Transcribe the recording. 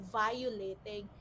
violating